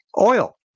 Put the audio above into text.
oil